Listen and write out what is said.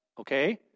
Okay